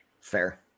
Fair